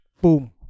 Boom